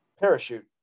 parachute